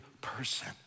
person